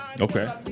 Okay